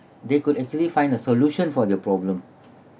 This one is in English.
they could easily find a solution for the problem